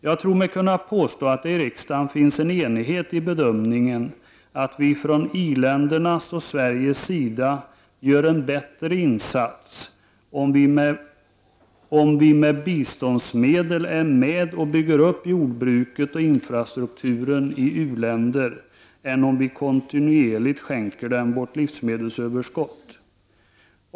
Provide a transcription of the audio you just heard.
Jag tror mig kunna påstå att det i riksdagen finns en enighet i bedömningen att vi från Sveriges och övriga i-länders sida gör en bättre insats om vi med biståndsmedel hjälper till att bygga upp jordbruket och infrastrukturen i u-länder än om vi kontinuerligt skänker dem vårt livsmedelsöverskott.